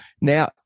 now